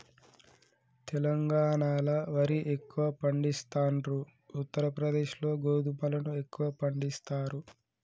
తెలంగాణాల వరి ఎక్కువ పండిస్తాండ్రు, ఉత్తర ప్రదేశ్ లో గోధుమలను ఎక్కువ పండిస్తారు